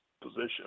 position